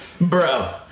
bro